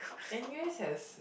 N_U_S has